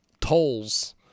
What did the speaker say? tolls